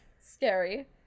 scary